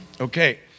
Okay